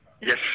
Yes